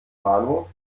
bahnhof